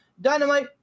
dynamite